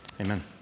Amen